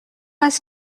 است